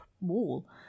wall